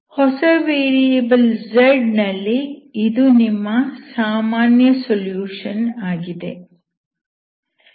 ಹೊಸ variable z ನಲ್ಲಿ ಇದು ನಿಮ್ಮ ಸಾಮಾನ್ಯ ಸೊಲ್ಯೂಷನ್ ಆಗಿದೆ